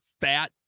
fat